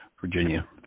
Virginia